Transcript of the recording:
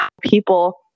people